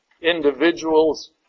individuals